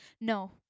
no